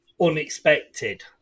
unexpected